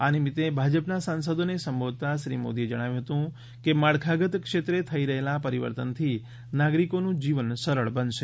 આ નિમિત્તે ભાજપના સાંસદોને સંબોધતા શ્રી મોદીએ જણાવ્યું હતું કે માળખાગત ક્ષેત્રે થઈ રહેલા પરિવર્તનથી નાગરિકોનું જીવન સરળ બનશે